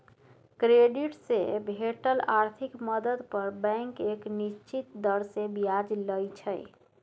credit से भेटल आर्थिक मदद पर बैंक एक निश्चित दर से ब्याज लइ छइ